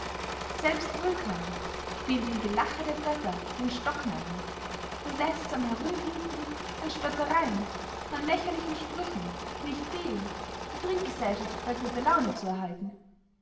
selbst vulkan spielt im gelache der götter den stocknarren und läßts am herumhinken an spöttereyen an lächerlichen sprüchen nicht fehlen die trinkgesellschaft bey guter laune zu erhalten